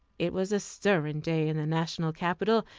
it was a stirring day in the national capital,